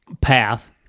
path